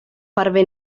parve